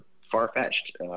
far-fetched